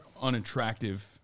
unattractive